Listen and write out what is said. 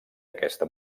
aquesta